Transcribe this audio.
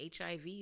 HIV